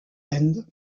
end